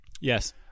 Yes